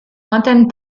lointaine